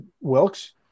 Wilkes